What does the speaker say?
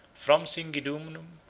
from singidunum,